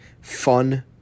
fun